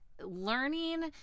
learning